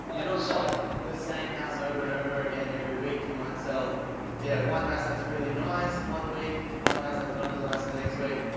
and not selling the same house over and over again every week. you might sell yeah one house that's really nice one week. one house that's not as nice the next week.